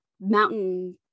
mountain